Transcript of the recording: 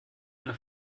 eine